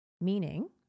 meaning